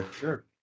Sure